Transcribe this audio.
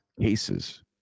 Cases